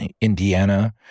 Indiana